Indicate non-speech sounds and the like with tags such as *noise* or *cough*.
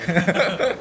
*laughs*